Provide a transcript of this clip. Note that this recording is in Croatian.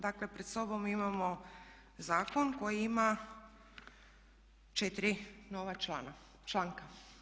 Dakle, pred sobom imamo zakon koji ima 4 nova članka.